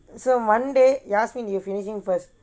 so monday yasmin you finishing first